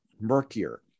murkier